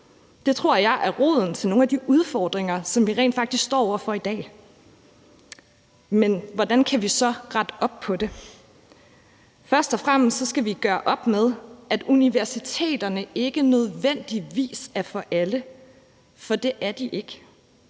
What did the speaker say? Det tror jeg er roden til nogle af de udfordringer, som vi rent faktisk står over for i dag. Men hvordan kan vi så rette op på det? Først og fremmest skal vi gøre op med, at universiteterne er for alle, for det er de ikke